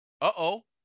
Uh-oh